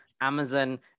Amazon